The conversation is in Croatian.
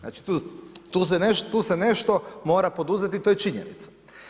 Znači tu se nešto mora poduzeti i to je činjenica.